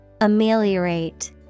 Ameliorate